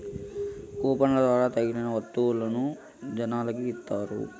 కూపన్ల ద్వారా తగిలిన వత్తువులను జనాలకి ఇత్తారు